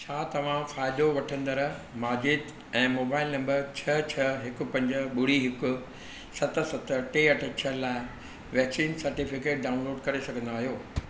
छा तव्हां फ़ाइदो वठंदड़ु माजिद ऐं मोबाइल नंबर छह छह हिकु पंज ॿुड़ी हिकु सत सत टे अठ छह लाइ वैक्सीन सर्टिफिकेट डाउनलोड करे सघंदा आहियो